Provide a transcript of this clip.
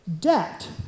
Debt